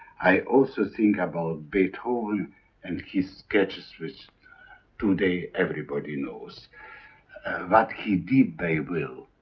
i also think about beethoven and his sketches which today everybody knows what he did by will.